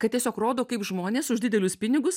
kad tiesiog rodo kaip žmonės už didelius pinigus